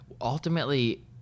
ultimately